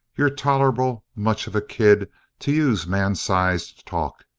you're tolerable much of a kid to use man-sized talk.